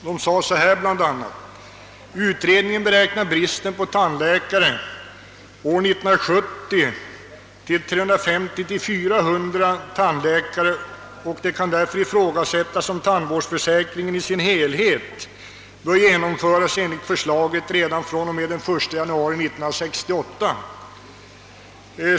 Det heter där bl.a.: »Utredningen beräknar bristen på tandläkare år 1970 till 350—400 tandläkare och det kan därför ifrågasättas om tandvårdsförsäkringen i sin helhet bör genomföras enligt förslaget redan fr.o.m. den 1 jan. 1969.